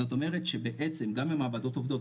זאת אומרת שבעצם גם במעבדות עובדות,